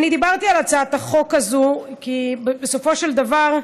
דיברתי על הצעת החוק הזאת, כי בסופו של דבר,